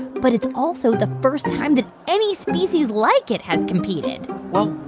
but it's also the first time that any species like it has competed well,